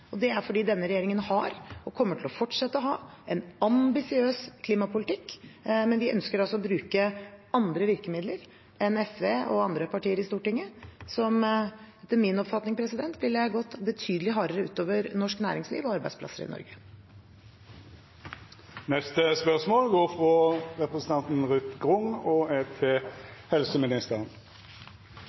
Det er fordi denne regjeringen har og kommer til å fortsette å ha en ambisiøs klimapolitikk. Men vi ønsker å bruke andre virkemidler enn SV og andre partier i Stortinget, som, etter min oppfatning, ville gått betydelig hardere ut over norsk næringsliv og arbeidsplasser i Norge. Dette spørsmålet er utsett til neste spørjetime, då statsråden er bortreist. «HUNT-undersøkelsen viser at 60–70 pst. av befolkningen er